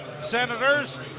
Senators